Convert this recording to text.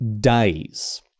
days